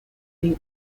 being